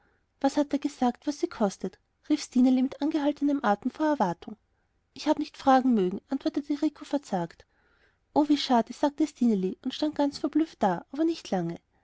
was hat er gesagt was kostet sie rief stineli mit angehaltenem atem vor erwartung ich habe nicht fragen mögen antwortete rico verzagt o wie schade sagte stineli und stand ganz verblüfft da aber nicht lange